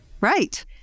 Right